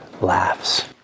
laughs